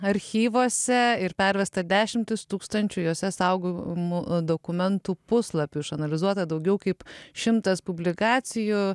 archyvuose ir pervesta dešimtys tūkstančių jose saugomų dokumentų puslapių išanalizuota daugiau kaip šimtas publikacijų